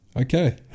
Okay